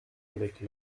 avec